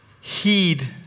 heed